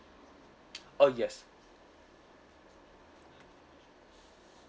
oh yes